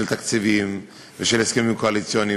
של תקציבים ושל הסכמים קואליציוניים.